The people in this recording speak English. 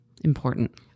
important